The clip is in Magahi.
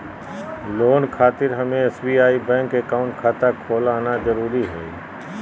लोन खातिर हमें एसबीआई बैंक अकाउंट खाता खोल आना जरूरी है?